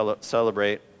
celebrate